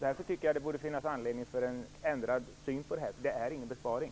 Därför borde det finnas anledning till en ändrad syn på detta. Det är ingen besparing.